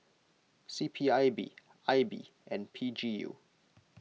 C P I B I B and P G U